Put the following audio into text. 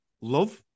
love